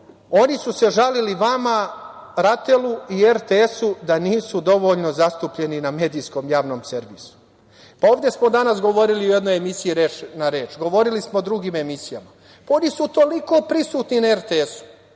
oni su se žalili vama RATEL-u i RTS-u da nisu dovoljno zastupljeni na medijskom javnom servisu. Pa, ovde smo danas govorili o jednoj emisiji „Reč na reč“, govorili smo o drugim emisijama. Pa, oni su toliko prisutni na RTS-u,